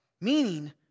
Meaning